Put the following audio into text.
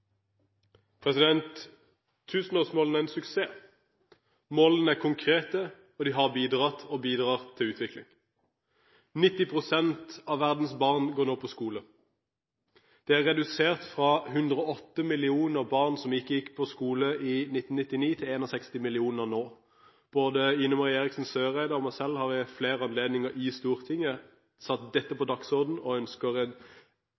en suksess. Målene er konkrete, og de har bidratt og bidrar til utvikling. 90 pst. av verdens barn går nå på skole. Det er redusert fra 108 millioner barn som ikke gikk på skole i 1999, til 61 millioner nå. Både Ine M. Eriksen Søreide og jeg selv har ved flere anledninger i Stortinget satt dette